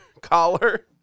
collar